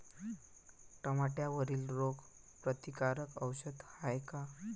टमाट्यावरील रोग प्रतीकारक औषध हाये का?